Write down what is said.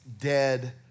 dead